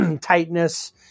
tightness